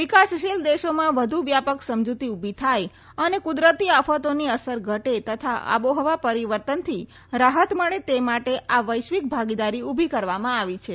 વિકાસશીલ દેશોમાં વધુ વ્યાપક સમજૂતી ઉભી થાય અને કુદરતી આફતોની અસર ઘટે તથા આબોહવા પરિવર્તનથી રાહત મળે તે માટે આ વૈશ્વિક ભાગીદારી ઉભી કરવામાં આવી છે